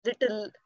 little